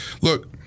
look